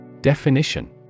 Definition